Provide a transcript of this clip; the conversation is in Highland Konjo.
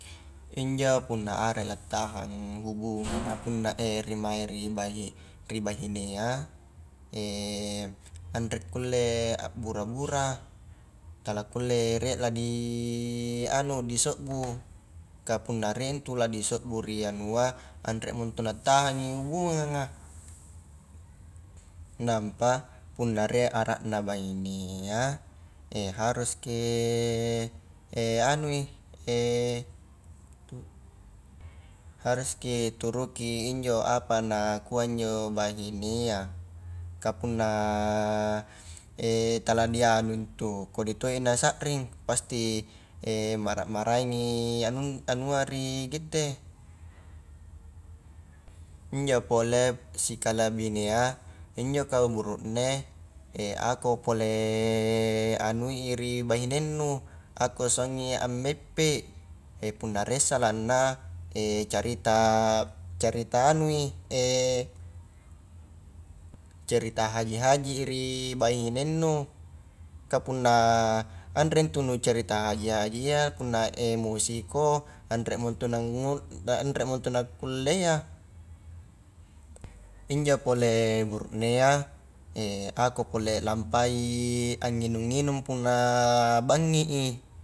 Injo punna arai la tahang hubunganga punna mai ri bahinea, anre kulle a bura-bura, tala kulle rie la di anu di sobbu kah punna rie intu la di sobbu ri anua anremo intu na tahangi hubunganga, nampa punna rie arrakna bahinea haruski anui haruski turuki injo apa na kua injo bahinea ka punna tala di anu intu kodi toi nasakring pasti mara-maraingi anu-anua ri gitte, injo pole sikalabinea injo kau burune ako pole anui ri bahinengnu ako suangi ameppe punna rie salangna carita-carita anui carita haji-haji i ri bahinengnu, ka punna are itu nucarita haji-haji i iya punna emosiko anremo intu na anremo intu nakulle iya, injo pole burukne a ako pole lampai nginung-nginung punna bangngi i.